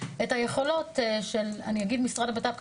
את היכולות - אני אגיד המשרד לביטחון פנים כי